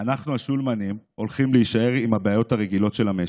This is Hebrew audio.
אנחנו השולמנים הולכים להישאר עם הבעיות הרגילות של המשק.